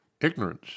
Ignorance